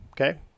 Okay